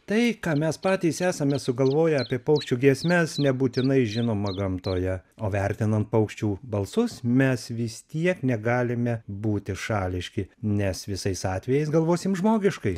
tai ką mes patys esame sugalvoję apie paukščių giesmes nebūtinai žinoma gamtoje o vertinant paukščių balsus mes vis tiek negalime būti šališki nes visais atvejais galvosim žmogiškai